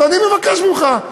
אז אני מבקש ממך.